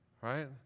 right